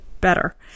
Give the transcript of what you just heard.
better